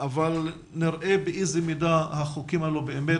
אבל נראה באיזו מידה החוקים הללו באמת